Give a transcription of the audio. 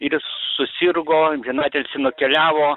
ir jis susirgo amžinalilsį nukeliavo